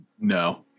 No